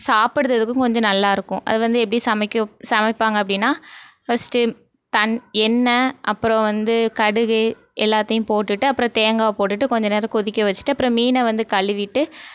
சாப்பிறதுக்கும் கொஞ்சம் நல்லாயிருக்கும் அது வந்து எப்படி சமைக்க சமைப்பாங்க அப்படின்னா ஃபஸ்ட்டு தண் எண்ணெய் அப்புறம் வந்து கடுகு எல்லாத்தையும் போட்டுவிட்டு அப்புறம் தேங்காய் போட்டுவிட்டு கொஞ்ச நேரம் கொதிக்க வச்சுட்டு அப்புறம் மீனை வந்து கழுவிட்டு